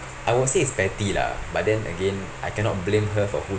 I will say is petty lah but then again I cannot blame her for who